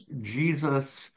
Jesus